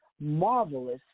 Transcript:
marvelous